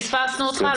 פספסנו את דבריך,